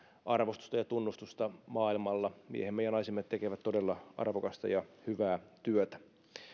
arvostusta ja tunnustusta maailmalla miehemme ja naisemme tekevät todella arvokasta ja hyvää työtä